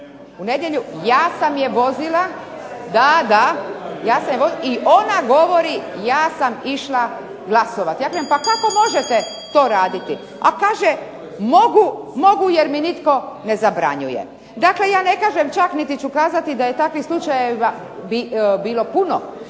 govore u isti glas, ne razumije se./ ... I ona govori, ja sam išla glasovati. Ja sam je pitala, pa kako možete to raditi? A ona kaže, mogu jer mi nitko ne zabranjuje. Dakle, ja ne kažem čak niti ću kazati da je takvih slučajeva bilo puno,